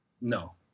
No